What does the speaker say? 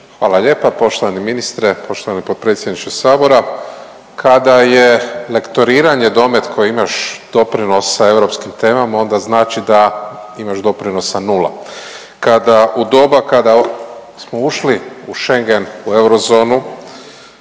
Hvala lijepa. Poštovani ministre, poštovani potpredsjedniče sabora. Kada je lektoriranje domet koji imaš doprinos sa europskim temama onda znači da imaš doprinosa nula. Kada, u doba kada smo ušli u Schengen u eurozonu